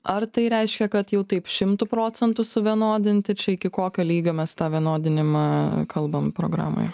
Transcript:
ar tai reiškia kad jau taip šimtu procentų suvienodinti čia iki kokio lygio mes tą vienodinimą kalbam programoje